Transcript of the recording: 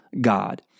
God